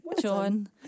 John